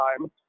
time